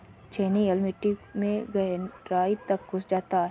छेनी हल मिट्टी में गहराई तक घुस सकता है